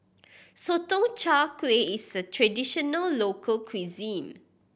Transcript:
Sotong Char Kway is a traditional local cuisine